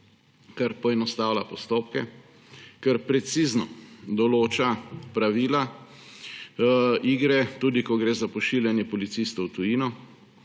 ker poenostavlja postopke, ker precizno določa pravila igre tudi ko gre za pošiljanje policistov v tujino,